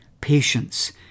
patience